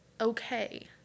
okay